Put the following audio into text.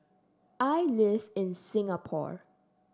I live in Singapore